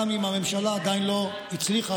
גם אם הממשלה עדיין לא הצליחה,